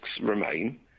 remain